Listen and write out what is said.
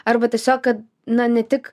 arba tiesiog kad na ne tik